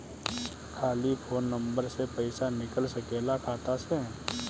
खाली phone number से पईसा निकल सकेला खाता से?